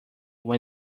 when